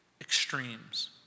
extremes